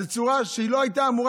זו צורה שהיא לא הייתה אמורה,